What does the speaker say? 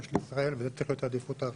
של ישראל וזה צריך להיות העדיפות הראשונה.